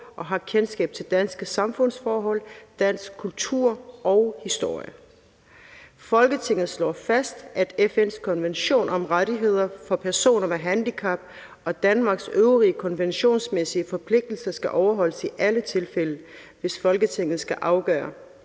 og har kendskab til danske samfundsforhold, dansk kultur og historie. Folketinget slår fast, at FN’s Konvention om Rettigheder for Personer med Handicap og Danmarks øvrige konventionsmæssige forpligtelser skal overholdes i alle tilfælde, hvor Folketinget skal afgøre